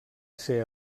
ser